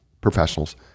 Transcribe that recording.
professionals